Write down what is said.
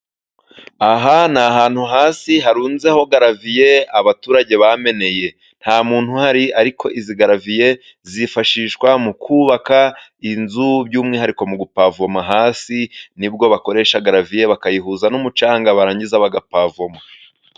Aha ni ahantu hasi harunzeho garaviye abaturage bameneye, nta muntu uhari ariko izi garaviye zifashishwa mu kubaka inzu, by'umwihariko mu gupavoma hasi ni bwo bakoresha garaviye, bakayihuza n'umucanga barangiza bagapavoma.